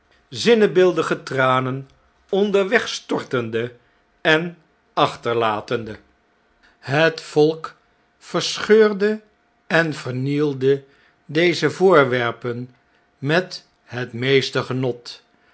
zinnebeeldige tranen onderweg stortende en achterlatende het volk verscheurde en vernielde deze voorwerpen met het meeste genot